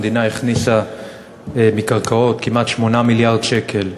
שהמדינה הכניסה מקרקעות כמעט 8 מיליארד שקל.